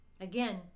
again